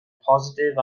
positif